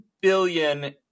billion